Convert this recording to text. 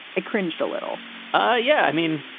i cringed a little ah yeah. i mean,